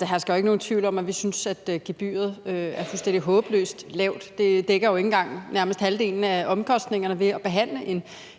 Der hersker jo ikke nogen tvivl om, at vi synes, at gebyret er fuldstændig håbløst lavt. Det dækker jo nærmest ikke engang halvdelen af omkostningerne ved at behandle en